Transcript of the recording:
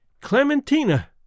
Clementina